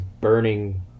burning